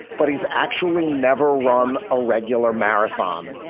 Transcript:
but he's actually never run a regular marathon.